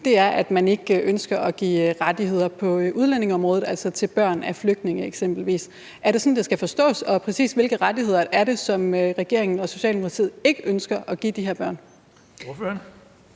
er, at man ikke ønsker at give rettigheder på udlændingeområdet til eksempelvis børn af flygtninge. Er det sådan, det skal forstås, og præcis hvilke rettigheder er det, som regeringen og Socialdemokratiet ikke ønsker at give de her børn? Kl.